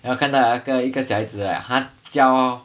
then 我看到了一个小孩子 right 他教